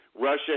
Russia